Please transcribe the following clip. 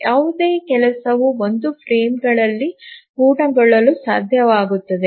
ಯಾವುದೇ ಕೆಲಸವು ಒಂದು ಫ್ರೇಮ್ಗಳಲ್ಲಿ ಪೂರ್ಣಗೊಳ್ಳಲು ಸಾಧ್ಯವಾಗುತ್ತದೆ